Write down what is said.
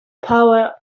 power